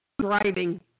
driving